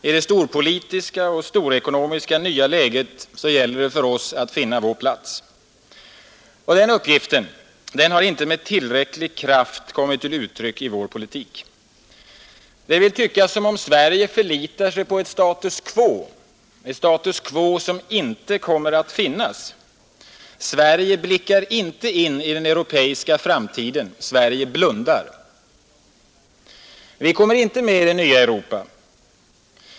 I det storpolitiska och storekonomiska nya läget gäller det för oss att finna vår plats. Denna uppgift har inte med tillräcklig kraft kommit till uttryck i vår politik. Det vill tyckas som om Sverige förlitar sig på ett status quo, som inte kommer att finnas. Sverige blickar inte in i den europeiska framtiden. Sverige blundar. Vi kommer inte med i det nya Europa.